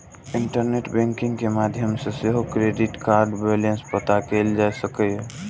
internet banking के माध्यम सं सेहो क्रेडिट कार्डक बैलेंस पता कैल जा सकैए